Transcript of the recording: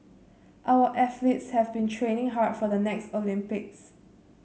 our athletes have been training hard for the next Olympics